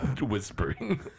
whispering